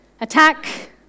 Attack